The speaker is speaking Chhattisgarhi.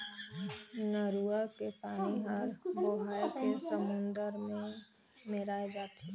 नरूवा के पानी हर बोहाए के समुन्दर मे मेराय जाथे